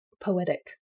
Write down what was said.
Poetic